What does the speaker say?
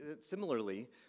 similarly